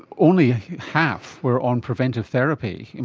only half were on preventive therapy. and